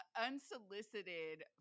unsolicited